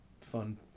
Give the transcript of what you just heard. fun